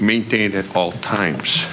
maintained at all times